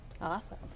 Awesome